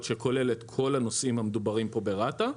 שכולל את כל הנושאים המדוברים פה ברת"א,